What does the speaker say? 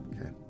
Okay